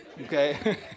Okay